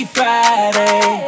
Friday